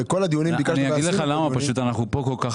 אנחנו פה כל כך